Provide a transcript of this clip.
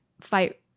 fight